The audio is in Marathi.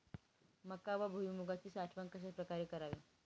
मका व भुईमूगाची साठवण कशाप्रकारे करावी?